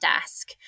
desk